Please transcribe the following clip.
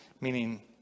Meaning